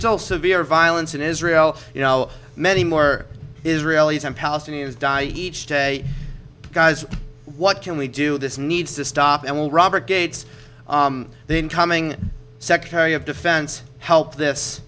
still severe violence in israel you know many more israelis and palestinians die each day because what can we do this needs to stop and will robert gates the incoming secretary of defense help this